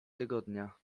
tygodnia